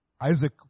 Isaac